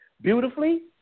beautifully